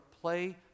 play